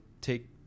take